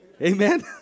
Amen